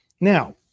Now